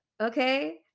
okay